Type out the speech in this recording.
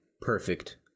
perfect